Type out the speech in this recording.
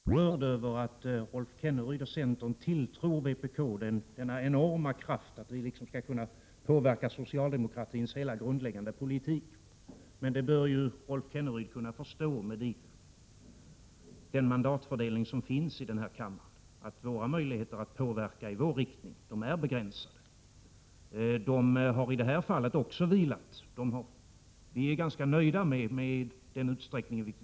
Herr talman! Jag är på mitt partis vägnar mycket rörd över att Rolf Kenneryd och centern tilltror vpk den enorma kraften att vi kan påverka socialdemokratins hela grundläggande politik. Med den mandatfördelning vi har i denna kammare bör Rolf Kenneryd förstå att våra möjligheter att påverka politiken i den riktning vi önskar är begränsade. Vi är i detta fall ganska nöjda med den påverkan vi kunnat utöva.